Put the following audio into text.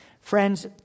Friends